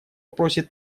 просит